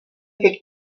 teď